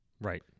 Right